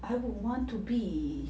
I would want to be